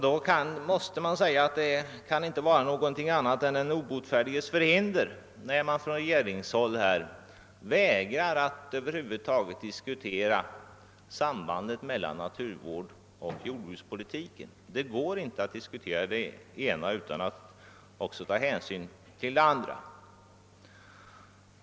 Det kan därför inte vara fråga om annat än den obotfärdiges förhinder när man på regeringshåll vägrar att över huvud taget diskutera sambandet mellan naturvården och jordbrukspolitiken. Det är inte möjligt att diskutera det ena utan att också ta hänsyn till det andra.